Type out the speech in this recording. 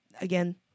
Again